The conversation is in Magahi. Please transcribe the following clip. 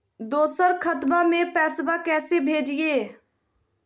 दोसर खतबा में पैसबा कैसे भेजिए?